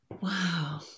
Wow